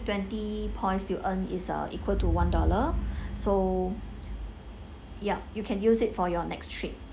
twenty points you earn is uh equal to one dollar so yup you can use it for your next trip